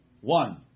one